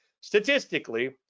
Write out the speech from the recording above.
statistically